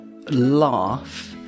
laugh